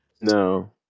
no